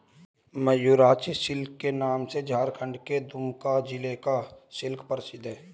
Mayurakshi silk के नाम से झारखण्ड के दुमका जिला का सिल्क प्रसिद्ध है